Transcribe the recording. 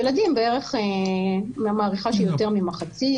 ילדים, אני מעריכה שיותר ממחצית.